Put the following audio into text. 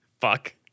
Fuck